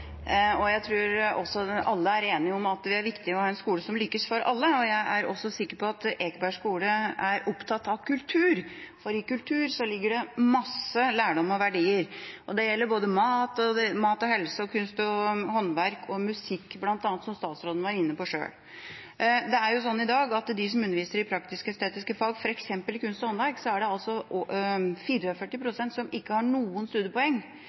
og jeg tror alle er enige om at det er viktig å ha en skole der alle kan lykkes. Jeg er også sikker på at Ekeberg skole er opptatt av kultur, for i kultur ligger det mye lærdom og verdier. Det gjelder bl.a. både mat og helse, kunst og håndverk og musikk, som statsråden var inne på selv. Det er sånn i dag blant dem som underviser i praktisk-estetiske fag, at f.eks. i kunst og håndverk er det 44 pst. som ikke har noen studiepoeng, og i mat og helse er det 54 pst. som ikke har noen studiepoeng.